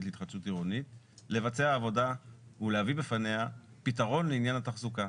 להתחדשות עירונית לבצע עבודה ולהביא בפניה פתרון לעניין התחזוקה.